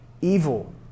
Evil